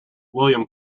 william